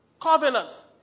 covenant